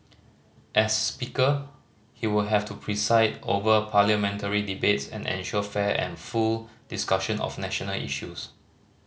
as Speaker he will have to preside over Parliamentary debates and ensure fair and full discussion of national issues